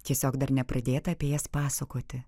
tiesiog dar nepradėta apie jas pasakoti